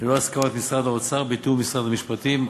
ללא הסכמת משרד האוצר ותיאום עם משרד המשפטים.